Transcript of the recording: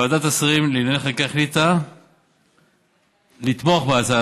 ועדת השרים לענייני חקיקה החליטה לתמוך בהצעות